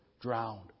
drowned